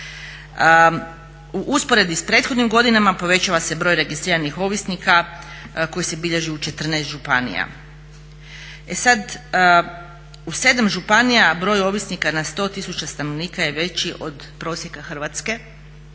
U usporedbi s prethodnim godinama povećava se broj registriranih ovisnika koji se bilježi u 14 županija. E sad, u 7 županija broj ovisnika na 100 tisuća stanovnika je veći od prosjeka Hrvatske